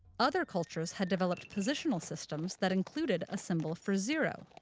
other cultures had developed positional systems that included a symbol for zero.